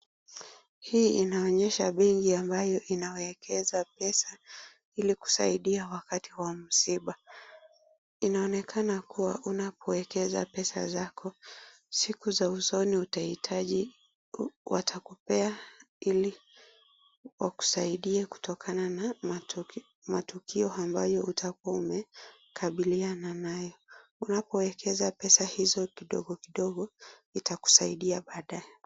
Hii inaonyesha bei ambayo inawekeza pesa ili kusaidia wakati wa msiba. Inaonekana kua unapowekeza pesa zako, siku za usoni utahitaji. Watakupea ili wakusaidie kutokana na matukio ambayo utakua umekabiliana nayo. Unapoekeza pesa hizo kidogo kidogo, itakusaidia baadae.